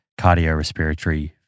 cardiorespiratory